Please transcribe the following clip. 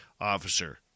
officer